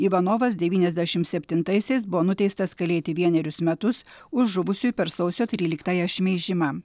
ivanovas devyniasdešim septintaisiais buvo nuteistas kalėti vienerius metus už žuvusiųjų per sausio tryliktąją šmeižimą